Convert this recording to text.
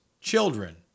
children